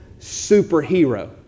superhero